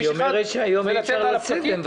יש דרכים, יו"ר הוועדה, להיות פחות אדישים לזה.